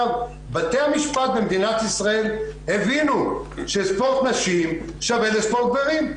בתי המשפט במדינת ישראל הבינו שספורט נשים שווה לספורט גברים.